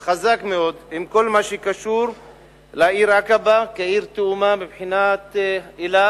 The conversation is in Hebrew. מאוד בכל מה שקשור לעיר עקבה כעיר תאומה של אילת.